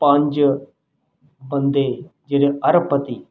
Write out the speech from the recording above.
ਪੰਜ ਬੰਦੇ ਜਿਹੜੇ ਅਰਬਪਤੀ